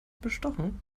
bestochen